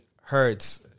hertz